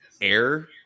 air